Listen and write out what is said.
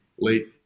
late